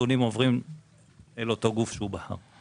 הנתונים עוברים אל אותו הגוף שהוא בחר.